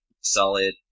solid